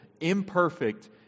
imperfect